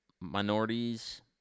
minorities